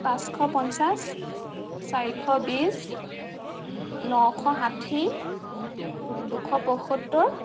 পাঁচশ পঞ্চাছ চাৰিশ বিছ নশ ষাঠী দুশ পঁয়সত্তৰ